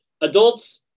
Adults